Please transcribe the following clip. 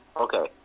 Okay